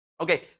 Okay